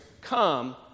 come